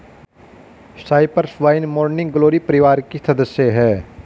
Cyprus vine morning glory परिवार की सदस्य हैं